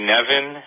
Nevin